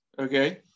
okay